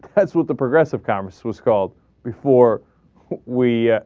as with the progress of commerce was called before we ah.